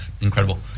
incredible